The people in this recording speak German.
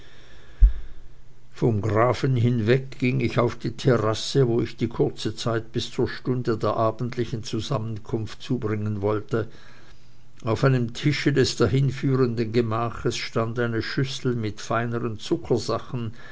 vom grafen hinweg ging ich auf die terrasse wo ich die kurze zeit bis zur stunde der abendlichen zusammenkunft zubringen wollte auf einem tische des dahin führenden gemaches stand eine schüssel mit feineren